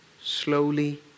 slowly